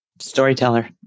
Storyteller